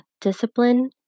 discipline